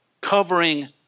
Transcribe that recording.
covering